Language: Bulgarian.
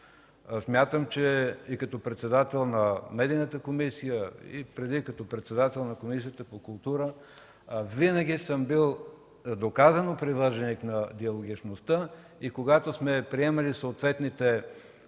Смятам, че като председател на Медийната комисия, а и преди това като председател на Комисията по култура, винаги съм бил доказано привърженик на диалогичността. Когато сме приемали съответните